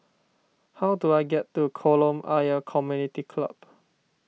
how do I get to Kolam Ayer Community Club